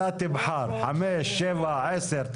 אתה תבחר, 5, 7, 10?